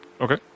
Okay